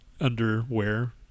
underwear